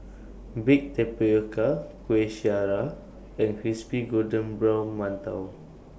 Baked Tapioca Kueh Syara and Crispy Golden Brown mantou